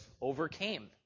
overcame